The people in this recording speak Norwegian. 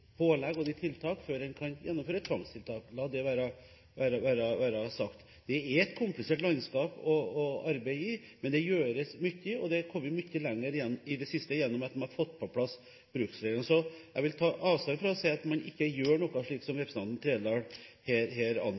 et komplisert landskap å arbeide i. Men det gjøres mye, og det er kommet mye lenger i det siste gjennom at man har fått på plass bruksreglene. Så jeg vil ta avstand fra å si at man ikke gjør noe, slik som representanten Trældal her